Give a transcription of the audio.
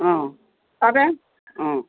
অ অ